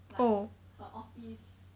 like her office